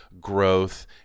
growth